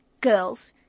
girls